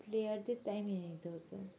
প্লেয়ারদের তাই মেনে নিতে হত